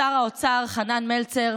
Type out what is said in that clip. שר האוצר, חנן מלצר,